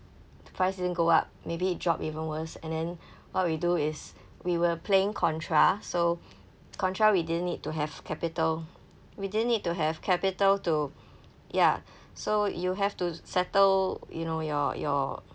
the price didn't go up maybe it dropped even worse and then what we do is we were playing contra so contra we didn't need to have capital we didn't need to have capital to ya so you have to settle you know your your